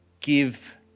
give